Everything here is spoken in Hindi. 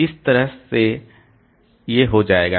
इसलिए यह इस तरह से जाएगा